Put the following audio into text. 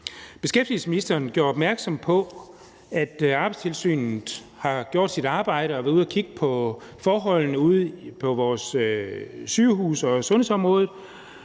Beskæftigelsesministeren gjorde opmærksom på, at Arbejdstilsynet har gjort sit arbejde og været ude at kigge på forholdene ude på vores sygehuse og sundhedsområdet